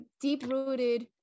deep-rooted